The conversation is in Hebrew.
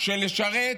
של לשרת,